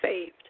saved